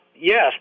Yes